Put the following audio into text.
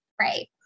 Right